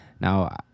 Now